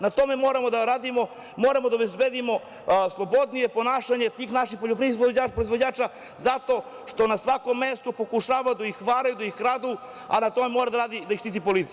Na tome moramo da radimo, moramo da obezbedimo slobodnije ponašanje tih naših poljoprivrednih proizvođača zato što na svakom mestu pokušavaju da ih varaju, da ih kradu, a na tome mora da radi, da ih štiti policija.